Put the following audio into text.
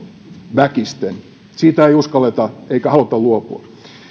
väkisten siitä ei uskalleta eikä haluta luopua